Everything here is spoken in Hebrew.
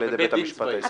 בבית דין צבאי.